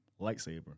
lightsaber